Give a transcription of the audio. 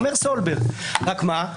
אומר סולברג, רק מה?